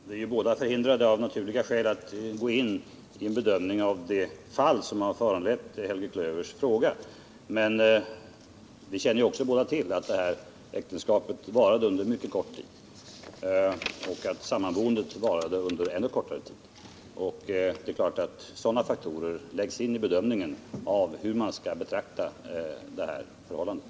Herr talman! Vi är båda förhindrade, av naturliga skäl, att gå in i en diskussion av det konkreta fall som föranlett Helge Klövers fråga. Men vi känner båda till att äktenskapet varade under kort tid och att sammanboendet varade under ännu kortare tid. Det är klart att sådana faktorer läggs in i bedömningen av hur man skall betrakta förhållandet.